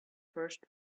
first